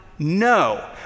No